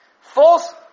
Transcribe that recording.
false